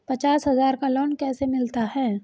पचास हज़ार का लोन कैसे मिलता है?